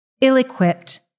ill-equipped